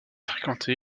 fréquenté